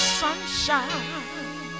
sunshine